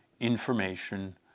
information